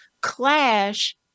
clash